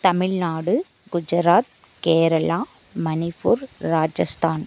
Tamil Nadu Gujarat Kerala Manipur Rajasthan